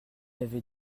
avait